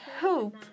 hope